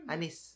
Anis